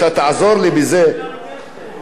מכיר את השיר של אריק איינשטיין על פועלי הבניין?